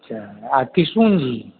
आ किशुन जी